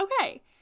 okay